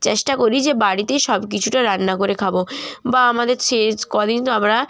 চেষ্টা করি যে বাড়িতেই সব কিছুটা রান্না করে খাব বা আমাদের সে জ্ কদিন আমরা